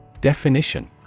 Definition